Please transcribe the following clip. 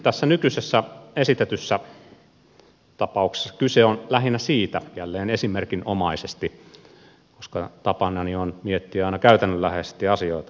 tässä nykyisessä esitetyssä tapauksessa kyse on lähinnä siitä jälleen esimerkinomaisesti koska tapanani on miettiä aina käytännönläheisesti asioita